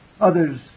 others